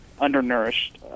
undernourished